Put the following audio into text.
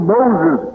Moses